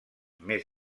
més